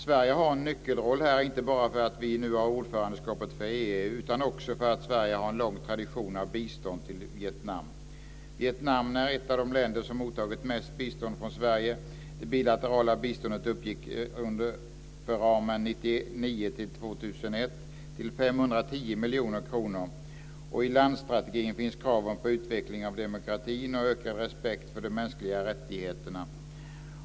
Sverige har en nyckelroll här, inte bara för att vi nu har ordförandeskapet för EU utan också för att Sverige har en lång tradition av bistånd till Vietnam. Vietnam är ett av de länder som har mottagit mest bistånd från Sverige. Det bilaterala biståndet uppgick under perioden 1999 till 2001 till 510 miljoner kronor, och i landstrategin finns kraven på utveckling av demokratin och ökad respekt för de mänskliga rättigheterna.